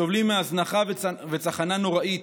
סובלים מהזנחה וצחנה נוראית,